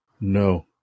No